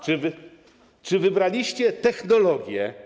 Czy wybraliście technologię?